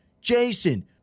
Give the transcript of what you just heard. Jason